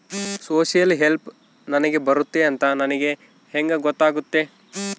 Social help ನನಗೆ ಬರುತ್ತೆ ಅಂತ ನನಗೆ ಹೆಂಗ ಗೊತ್ತಾಗುತ್ತೆ?